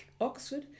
Oxford